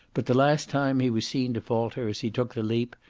but the last time he was seen to falter as he took the leap,